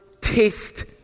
test